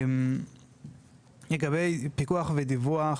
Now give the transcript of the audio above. לגבי פיקוח ודיווח